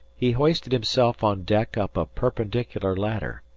he hoisted himself on deck up a perpendicular ladder,